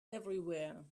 everywhere